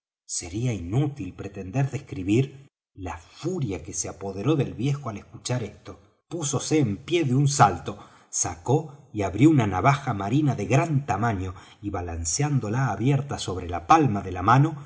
sería inútil pretender describir la furia que se apoderó del viejo al escuchar esto púsose en pie de un salto sacó y abrió una navaja marina de gran tamaño y balanceándola abierta sobre la palma de la mano